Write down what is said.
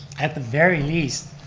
at the very least,